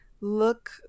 look